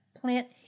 plant